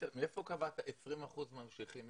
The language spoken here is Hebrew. מאיפה קבעת 20% ממשיכים?